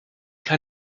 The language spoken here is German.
kann